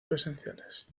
presenciales